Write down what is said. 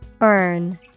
Earn